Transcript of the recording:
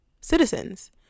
citizens